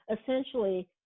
essentially